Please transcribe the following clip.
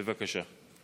בבקשה.